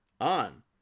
on